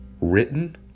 written